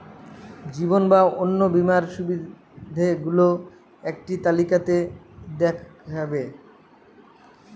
জীবন বা অন্ন বীমার সুবিধে গুলো একটি তালিকা তে দেখাবেন?